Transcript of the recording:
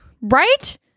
Right